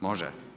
Može?